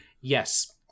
Yes